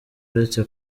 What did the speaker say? uretse